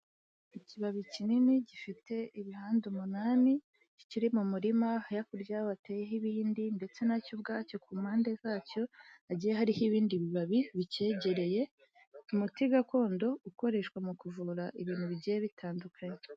Ikibabi kinini, gifite ibihande umunani, kikiri mu murima, hakurya yaho hateyeho ibindi ndetse nacyo ubwacyo ku mpande zacyo hagiye hariho ibindi bibabi bicyegereye, umuti gakondo ukoreshwa mu kuvura ibintu bigiye bitandukanye.